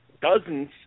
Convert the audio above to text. dozens